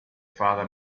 father